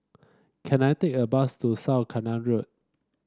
can I take a bus to South Canal Road